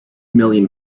million